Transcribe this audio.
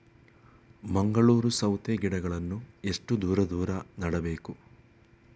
ಮಂಗಳೂರು ಸೌತೆ ಗಿಡಗಳನ್ನು ಎಷ್ಟು ದೂರ ದೂರ ನೆಡಬೇಕು?